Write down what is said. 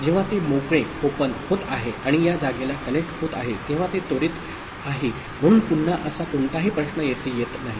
जेव्हा ते मोकळे होत आहे आणि या जागेला कनेक्ट होत आहे तेव्हा ते त्वरित आहे म्हणून पुन्हा असा कोणताही प्रश्न येथे येत नाही